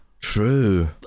True